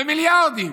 במיליארדים,